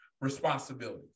responsibility